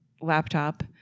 laptop